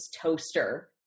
toaster